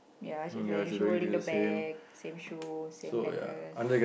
ya she's wearing holding the bag same shoe same necklace